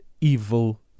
evil